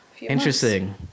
Interesting